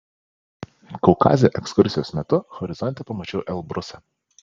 kaukaze ekskursijos metu horizonte pamačiau elbrusą